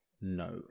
No